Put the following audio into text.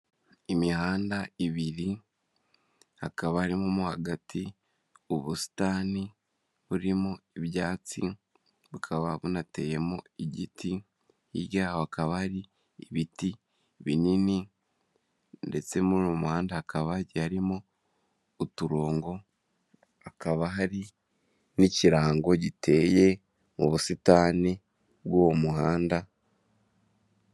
Imihanda ibiri hakaba harimo hagati ubusitani burimo ibyatsi, bukaba bunateyem igiti, hirya hakaba ari ibiti binini, ndetse muri uwo muhanda hakaba hagiye harimo uturongo, hakaba hari n'ikirango giteye mu busitani bw'uwo muhanda.